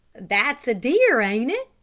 that's a deer, ain't it?